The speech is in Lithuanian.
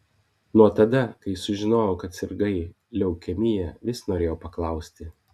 nuo tada kai sužinojau kad sirgai leukemija vis norėjau paklausti